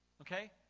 okay